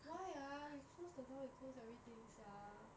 why ah we close the door we close everything sia